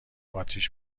آتیش